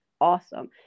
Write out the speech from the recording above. awesome